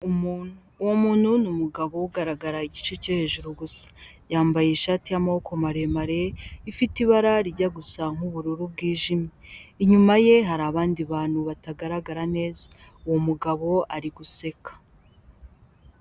Uwo muntu ni umugabo ugaragara igice cyo hejuru gusa yambaye ishati yamaboko maremare ifite ibara rijya gusa nkubururu bwijimye inyuma ye hari abandi bantu batagaragara neza, uwo mugabo ari guseka.